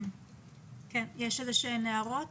יש הערות?